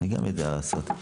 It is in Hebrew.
גם אני יודע לעשות.